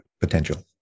potential